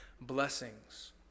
blessings